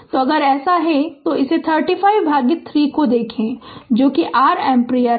तो अगर ऐसा है तो इस 35 भागित 3 को देखें जो कि r एम्पीयर है